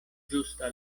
ĝusta